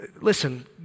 Listen